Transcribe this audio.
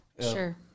sure